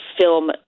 film